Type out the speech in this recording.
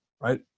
right